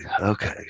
Okay